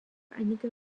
einige